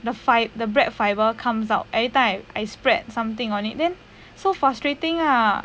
the fi~ the bread fiber comes out every time I spread something on it then so frustrating lah